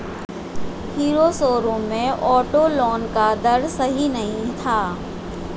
hero showroom में auto loan का दर सही नहीं था